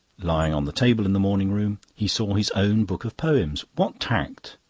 lying on the table in the morning-room he saw his own book of poems. what tact!